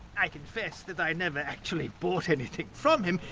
i confess that i never actually bought anything from him,